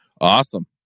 Awesome